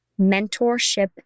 mentorship